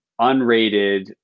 unrated